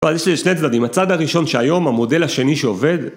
אבל יש לי שני צדדים, הצד הראשון שהיום, המודל השני שעובד